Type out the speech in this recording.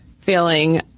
feeling